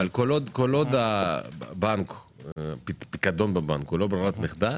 אבל כל עוד הפיקדון בבנק הוא לא ברירת מחדל